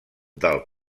del